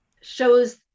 shows